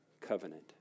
covenant